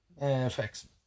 effects